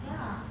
ya